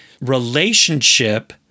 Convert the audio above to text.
relationship